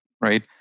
Right